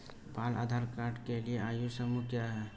बाल आधार कार्ड के लिए आयु समूह क्या है?